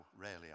rarely